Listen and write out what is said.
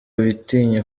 witinya